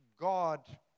God